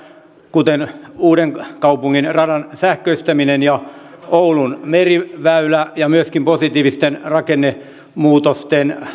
kuten uudenkaupungin radan sähköistäminen ja oulun meriväylä ja myöskin positiivisten rakennemuutosten